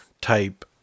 type